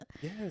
Yes